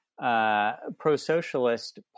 pro-socialist